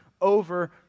over